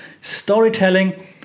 storytelling